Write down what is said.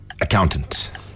Accountant